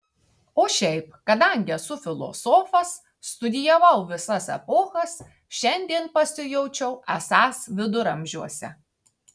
o šiaip kadangi esu filosofas studijavau visas epochas šiandien pasijaučiau esąs viduramžiuose